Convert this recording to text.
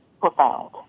profound